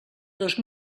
dos